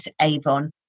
Avon